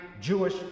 Jewish